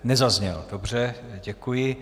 Nezazněl, dobře, děkuji.